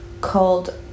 called